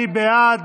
מי בעד?